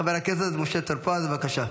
חבר הכנסת משה טור פז, בבקשה.